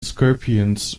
scorpions